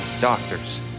doctors